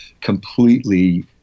completely